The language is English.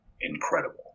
incredible